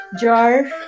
jar